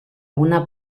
una